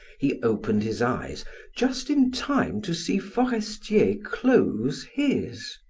he opened his eyes just in time to see forestier close his.